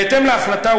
בהתאם להחלטה,